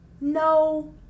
no